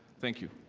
thank you.